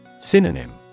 Synonym